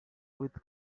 with